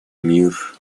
мир